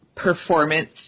performance